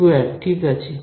squared ঠিক আছে